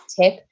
tip